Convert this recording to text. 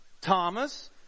Thomas